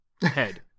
head